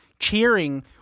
cheering